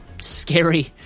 scary